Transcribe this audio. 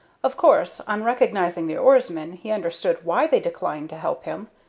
of course, on recognizing the oarsmen, he understood why they declined to help him,